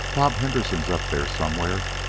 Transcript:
bob henderson's up there somewhere,